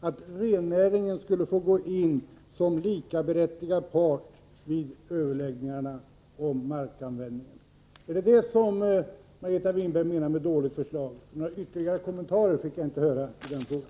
att rennäringen skulle få gå in som likaberättigad part vid överläggningarna om markanvändningen. Är det det som Margareta Winberg menar med dåligt förslag? Några ytterligare kommentarer fick jag inte höra i den frågan.